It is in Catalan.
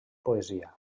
poesia